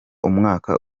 umwaka